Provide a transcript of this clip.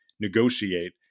negotiate